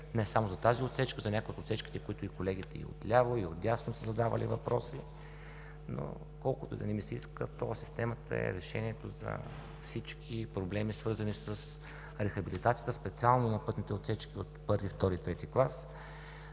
не само за тази отсечка, а и за някои от отсечките, за които и колегите от ляво, и от дясно са задавали въпроси, но колкото и да не ми се иска, тол системата е решението за всички проблеми, свързани с рехабилитацията, специално на пътните отсечки от първи, втори и трети клас,